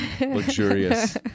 luxurious